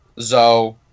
Zoe